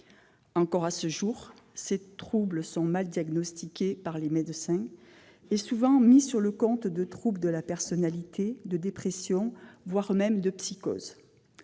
À ce jour, ces troubles restent mal diagnostiqués par les médecins. Ils sont souvent mis sur le compte de troubles de la personnalité, d'une dépression, voire d'une psychose.